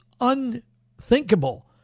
unthinkable